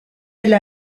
elle